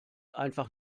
einfach